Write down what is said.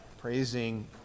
praising